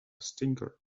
stinker